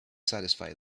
satisfy